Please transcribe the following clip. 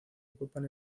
ocupan